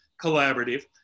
collaborative